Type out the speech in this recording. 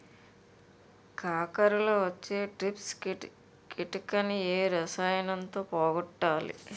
కాకరలో వచ్చే ట్రిప్స్ కిటకని ఏ రసాయనంతో పోగొట్టాలి?